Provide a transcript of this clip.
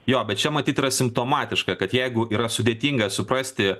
jo bet čia matyt yra simptomatiška kad jeigu yra sudėtinga suprasti